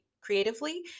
creatively